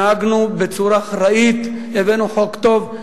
נהגנו בצורה אחראית, הבאנו חוק טוב.